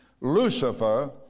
Lucifer